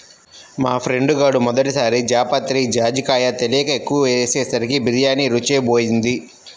మా ఫ్రెండు గాడు మొదటి సారి జాపత్రి, జాజికాయ తెలియక ఎక్కువ ఏసేసరికి బిర్యానీ రుచే బోయింది